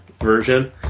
version